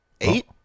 Eight